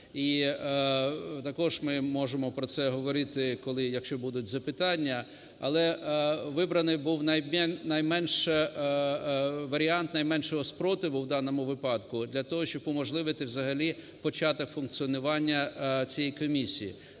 І також ми можемо про це говорити, коли якщо будуть запитання. Але вибраний був варіант найменшого спротиву в даному випадку для того, щоб уможливити взагалі початок функціонування цієї комісії.